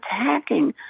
attacking